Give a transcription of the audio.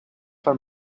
for